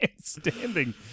standing